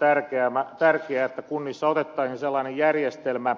mielestäni olisi tärkeää että kunnissa otettaisiin sellainen järjestelmä